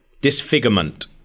disfigurement